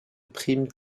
primes